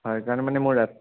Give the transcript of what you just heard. হয় কাৰণ মানে মই